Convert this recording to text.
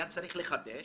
היה צריך לחדש,